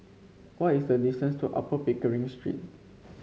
what is the distance to Upper Pickering Street